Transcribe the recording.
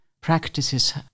practices